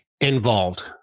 involved